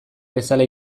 bezala